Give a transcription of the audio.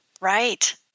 Right